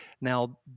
now